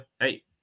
Hey